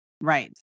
Right